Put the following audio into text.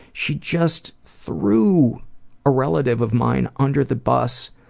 she just threw a relative of mine under the bus